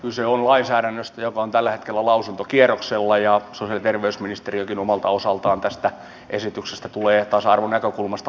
kyse on lainsäädännöstä joka on tällä hetkellä lausuntokierroksella ja sosiaali ja terveysministeriökin omalta osaltaan tästä esityksestä tulee tasa arvon näkökulmasta lausunnon antamaan